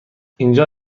اینجا